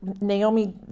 Naomi